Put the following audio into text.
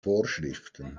vorschriften